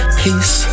peace